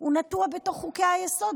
הוא נטוע בתוך חוקי-היסוד,